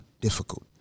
difficult